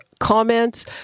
Comments